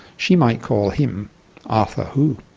she might call him arthur who.